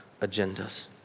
agendas